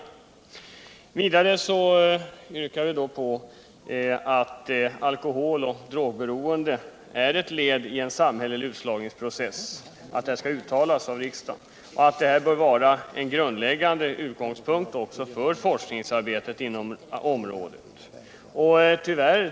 Vidare yrkar vi att riksdagen uttalar att alkoholoch drogberoende är ett led i en samhällelig utslagningsprocess och att detta bör vara en grundläggande utgångspunkt också för forskningsarbetet inom området.